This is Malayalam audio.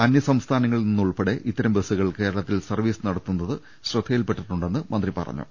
അന്യസംസ്ഥാനത്ത് നിന്നുൾപ്പെടെ ഇത്തരം ബസ്സുകൾ കേരളത്തിൽ സർവീസ് നടത്തുന്നത് ശ്രദ്ധയിൽപ്പെട്ടിട്ടു ണ്ടെന്ന് മന്ത്രി പറഞ്ഞു